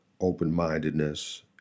open-mindedness